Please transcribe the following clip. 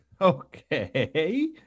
Okay